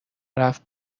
رفت